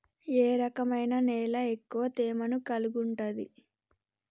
ఏ రకమైన నేల ఎక్కువ తేమను కలిగుంటది?